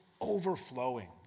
overflowing